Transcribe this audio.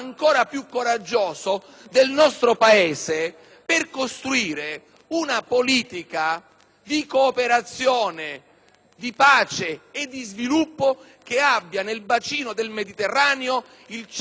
di cooperazione, pace e sviluppo che abbia nel bacino del Mediterraneo il centro nevralgico dell'interesse nazionale. Amici del Governo, noi siamo inseriti